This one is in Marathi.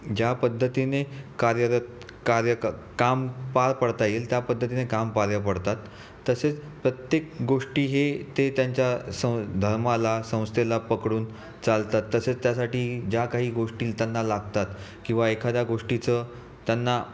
ज्या पद्धतीने कार्यरत कार्य क् काम पार पडता येईल त्या पद्धतीने काम पार पाडतात तसेच प्रत्येक गोष्टी हे ते त्यांच्या सं धर्माला संस्थेला पकडून चालतात तसेच त्यासाठी ज्या काही गोष्टी त्यांना लागतात किंवा एखाद्या गोष्टीचं त्यांना